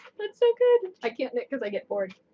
that's so good! i can't knit because i get bored.